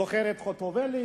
זוכר את חוטובלי,